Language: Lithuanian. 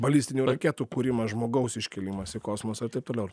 balistinių raketų kūrimas žmogaus iškilimas į kosmosą ir taip toliau